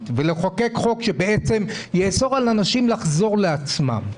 ולחוקק חוק שבעצם יאסור על אנשים לחזור לעצמם.